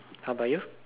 how about you